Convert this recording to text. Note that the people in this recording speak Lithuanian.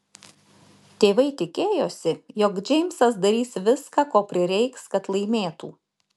tėvai tikėjosi jog džeimsas darys viską ko prireiks kad laimėtų